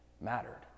mattered